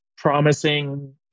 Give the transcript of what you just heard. promising